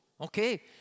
okay